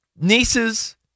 nieces